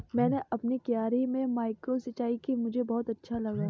मैंने अपनी क्यारी में माइक्रो सिंचाई की मुझे बहुत अच्छा लगा